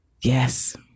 Yes